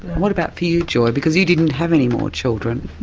what about for you, joy, because you didn't have any more children.